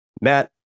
Matt